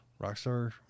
Rockstar